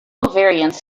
variants